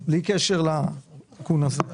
בלי קשר לתיקון הזה.